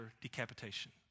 decapitation